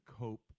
cope